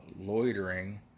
loitering